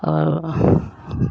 আৰু